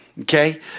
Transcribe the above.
Okay